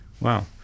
wow